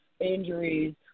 injuries